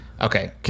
Okay